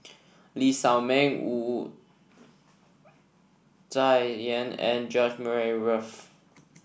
Lee Shao Meng Wu Tsai Yen and George Murray Reith